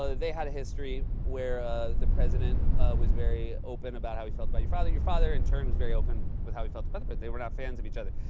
so they had a history where the president was very open about how he felt about your father. your father, in turn, was very open with how he felt. but they were not fans of each other.